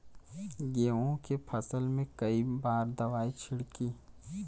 गेहूँ के फसल मे कई बार दवाई छिड़की?